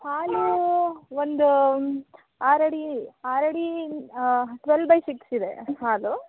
ಹಾಲು ಒಂದು ಆರು ಅಡಿ ಆರು ಅಡಿ ಟ್ವೆಲ್ ಬೈ ಸಿಕ್ಸ್ ಇದೆ ಹಾಲು